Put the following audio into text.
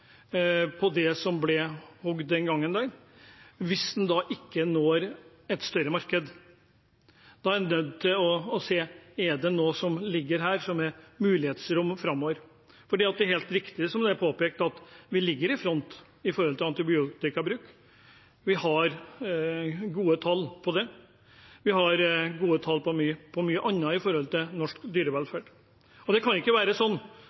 av det som ble bestemt den gangen, hvis man ikke når et større marked. Da er en nødt til å se om det er et mulighetsrom der framover. Det er helt riktig, som er blitt påpekt, at vi ligger i front når det gjelder antibiotikabruk. Vi har gode tall på det. Vi har gode tall på mye annet også når det gjelder norsk dyrevelferd. Det kan ikke være